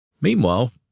Meanwhile